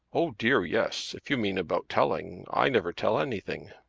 oh dear, yes. if you mean about telling, i never tell anything.